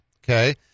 Okay